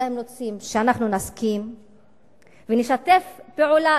אלא רוצים שאנחנו נסכים ונשתף פעולה,